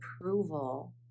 approval